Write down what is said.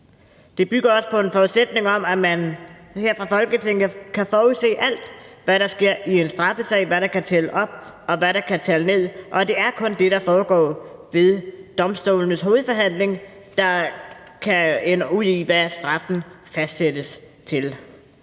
Det bygger også på en forudsætning om, at man her fra Folketinget kan forudse alt, hvad der sker i en straffesag, hvad der kan tælle op, og hvad der kan tælle ned, og det er kun det, der foregår ved domstolenes hovedforhandling, der kan ende ud i en afgørelse af, hvad straffen fastsættes til.